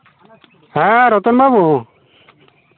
ᱦᱮᱸ ᱨᱚᱛᱚᱱ ᱵᱟᱹᱵᱩ